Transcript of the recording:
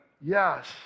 Yes